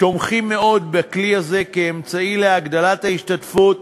תומכים מאוד בכלי הזה כאמצעי להגדלת ההשתתפות